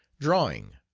drawing.